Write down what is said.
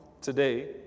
Today